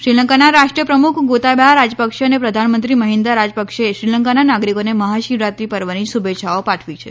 શ્રીલંકાના રાષ્ટ્રવપ્રમુખ ગોતાબાયા રાજપક્ષે અને પ્રધાનમંત્રી મહિન્દા રાજપક્ષેએ શ્રીલંકાના નાગરિકોને મહાશિવરાત્રી પર્વની શુભેચ્છાઓ પાઠવે છે